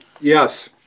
Yes